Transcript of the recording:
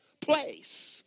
place